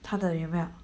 她的有没有